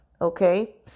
Okay